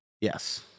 Yes